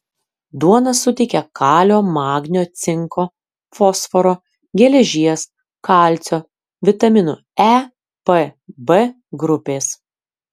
duona suteikia kalio magnio cinko fosforo geležies kalcio vitaminų e p b grupės